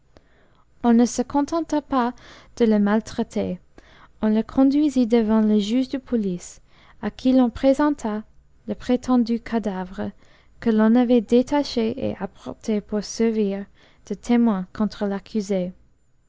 on ne se contenta pas de le maltraiter on le conduisit devant le juge de police à qui l'on présenta le prétendu cadavre que l'on avait détaché et apporté pour servir de témoin contre l'accusé